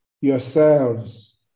yourselves